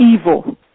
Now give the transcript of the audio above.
evil